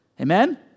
Amen